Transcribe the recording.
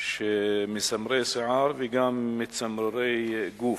מסמרות השיער ומצמררות הגוף.